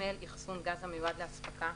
אחסון גז המיועד להספקה,